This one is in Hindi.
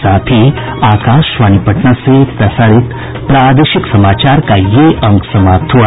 इसके साथ ही आकाशवाणी पटना से प्रसारित प्रादेशिक समाचार का ये अंक समाप्त हुआ